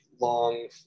long